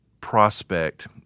prospect